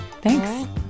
Thanks